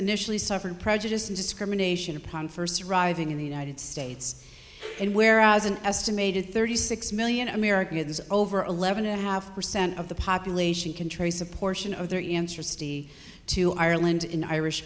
initially suffered prejudice and discrimination upon first arriving in the united states and where as an estimated thirty six million americans over eleven and a half percent of the population can trace a portion of their interests to ireland in the irish